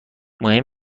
مهم